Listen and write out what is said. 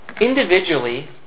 Individually